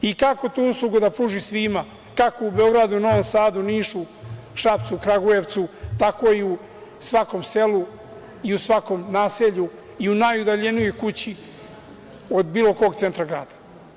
I, kako tu uslugu da pruži svima, kako u Beogradu, Novom Sadu, Nišu, Šapcu, Kragujevcu, tako i u svakom selu i u svakom naselju i najudaljenijoj kući od bilo kog centra grada.